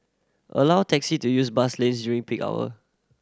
allow taxi to use bus lanes during peak hour